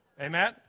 Amen